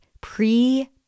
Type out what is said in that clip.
pre